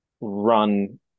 run